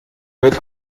wird